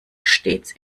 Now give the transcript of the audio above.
stets